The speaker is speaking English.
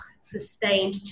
sustained